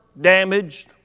damaged